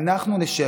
אנחנו נשב,